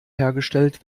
hergestellt